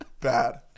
Bad